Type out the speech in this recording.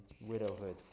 widowhood